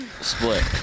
Split